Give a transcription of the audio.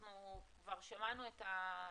אנחנו כבר שמענו את החבר'ה,